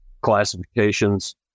classifications